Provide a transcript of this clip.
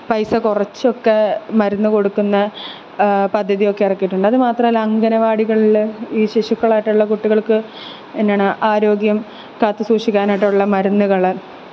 പൈസ കുറച്ചൊക്കെ മരുന്ന് കൊടുക്കുന്ന പദ്ധതിയൊക്കെ ഇറക്കിയിട്ടുണ്ട് അതു മാത്രമല്ല അംഗനവാടികളിൽ ഈ ശിശുക്കളായിട്ടുള്ള കുട്ടികള്ക്ക് എന്നാണ് ആരോഗ്യം കാത്ത് സൂക്ഷിക്കാനായിട്ടുള്ള മരുന്നുകൾ